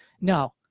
No